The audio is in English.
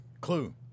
clue